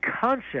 concept